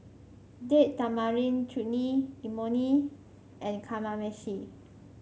Date Tamarind Chutney Imoni and Kamameshi